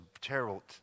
terrible